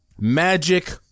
magic